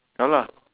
ya lah